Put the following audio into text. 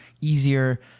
easier